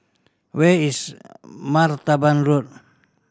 where is Martaban Road